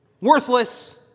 worthless